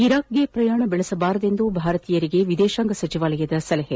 ಇರಾಕ್ಗೆ ಪ್ರಯಾಣ ಬೆಳೆಸಬಾರದೆಂದು ಭಾರತೀಯರಿಗೆ ವಿದೇಶಾಂಗ ಸಚಿವಾಲಯದ ಸಲಹೆ